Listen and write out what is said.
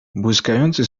błyskający